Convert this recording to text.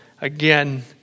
again